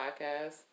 podcast